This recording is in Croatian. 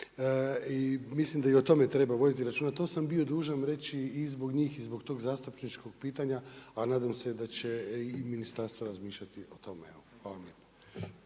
mislim da i o tome treba voditi računa. To sam bio dužan reći i zbog njih i zbog tog zastupničkog pitanja a nadam se da će i ministarstvo razmišljati o tome.